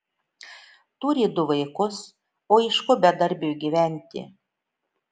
turi du vaikus o iš ko bedarbiui gyventi